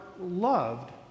loved